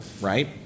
right